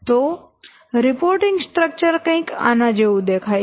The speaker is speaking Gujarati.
તો રિપોર્ટિંગ સ્ટ્રક્ચર કંઈક આના જેવું દેખાય છે